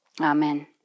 Amen